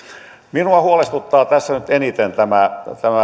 minua huolestuttaa tässä nyt eniten tämä